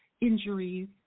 injuries